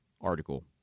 article